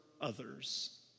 others